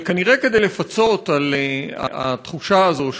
וכנראה כדי לפצות על התחושה הזאת,